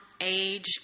age